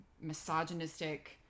misogynistic